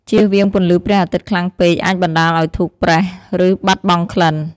ជៀសវៀងពន្លឺព្រះអាទិត្យខ្លាំងពេកអាចបណ្តាលឱ្យធូបប្រេះ ឬបាត់បង់ក្លិន។